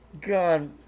God